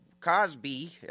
Cosby